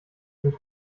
sind